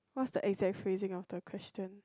what's the exact phrasing of the question